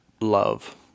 love